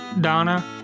Donna